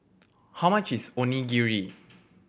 how much is Onigiri